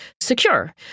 Secure